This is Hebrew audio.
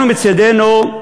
אנחנו מצדנו,